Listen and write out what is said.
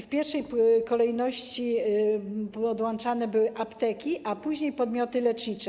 W pierwszej kolejności podłączane były apteki, a później podmioty lecznicze.